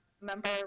member